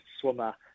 swimmer